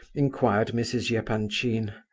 inquired mrs. yeah epanchin.